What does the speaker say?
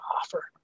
offer